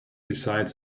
beside